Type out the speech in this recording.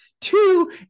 two